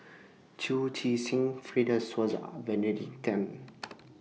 Chu Chee Seng Fred De Souza Benedict Tan